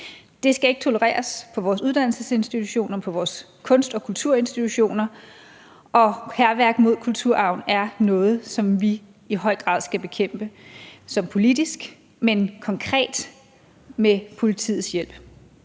Det skal ikke tolereres på vores uddannelsesinstitutioner og på vores kunst- og kulturinstitutioner, og hærværk mod kulturarven er noget, som vi i høj grad skal bekæmpe politisk, men også konkret med politiets hjælp.